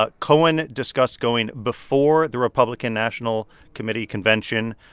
ah cohen discussed going before the republican national committee convention.